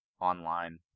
online